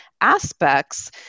aspects